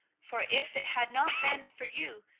for if it had not been for you,